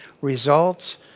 results